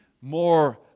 more